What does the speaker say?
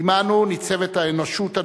עמנו ניצבת האנושות הנאורה,